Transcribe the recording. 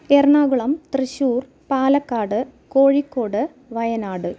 Ernakulam Thrissur Palakkad Kozhikode Wayanad